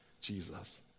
Jesus